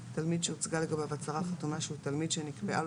אני מעריך שנעמוד על